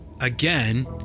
again